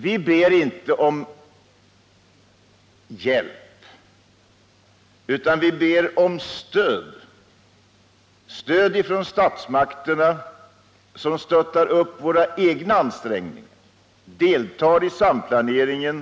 Vi ber inte om hjälp, utan vi ber om stöd — att statsmakterna stöttar upp våra egna ansträngningar och deltar i samplaneringen.